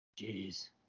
Jeez